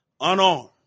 unarmed